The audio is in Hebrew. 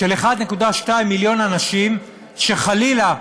של 1.2 מיליון אנשים, שחלילה,